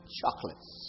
chocolates